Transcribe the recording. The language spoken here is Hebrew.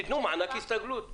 תנו מענק הסתגלות.